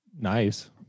nice